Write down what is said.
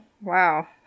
Wow